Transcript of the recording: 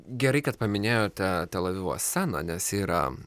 gerai kad paminėjote tel avivo sceną nes yra